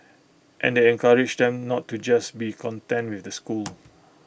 and encourage them not to just be content with the school